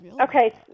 Okay